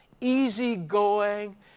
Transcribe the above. easygoing